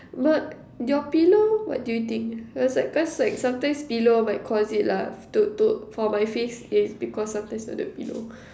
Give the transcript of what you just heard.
but your pillow what do you think cause like cause like sometime pillow might cause it lah to to for my face is because of this of the pillow